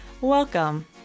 Welcome